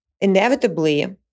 inevitably